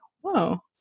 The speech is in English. whoa